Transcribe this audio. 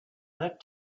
that